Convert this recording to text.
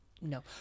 no